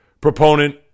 proponent